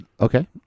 okay